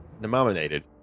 nominated